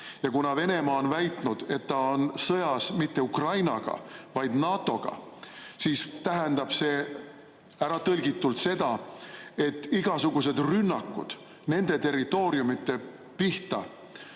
Kuna Venemaa on väitnud, et ta ei ole sõjas mitte Ukraina, vaid NATO‑ga, siis tähendab see äratõlgitult seda, et igasugused rünnakud nende territooriumide pihta,